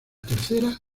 tercera